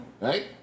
right